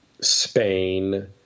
Spain